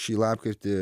šį lapkritį